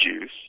juice